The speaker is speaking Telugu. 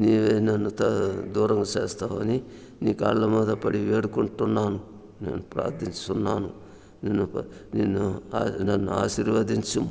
నీవే నన్ను త దూరం చేస్తావని నీ కాళ్ళమీద పడి వేడుకుంటున్నాను నేను ప్రార్థిస్తున్నాను అందుకు నేను అది నన్ను ఆశీర్వదించుము